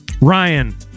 Ryan